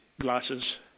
glasses